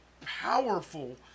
powerful